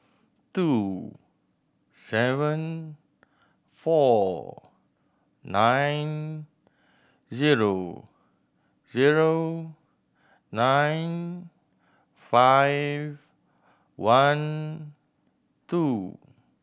two seven four nine zero zero nine five one two